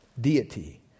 deity